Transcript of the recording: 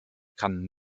kann